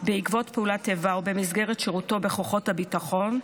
בעקבות פעולת איבה או במסגרת שירות בכוחות הביטחון,